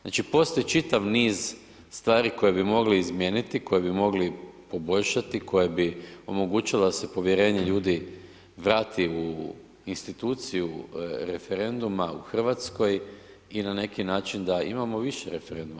Znači postoji čitav niz stvari koje bi mogli izmijeniti, koje bi mogli poboljšati koje bi omogućile da se povjerenje ljudi vrati u instituciju referenduma u Hrvatskoj i na neki način da imamo više referenduma.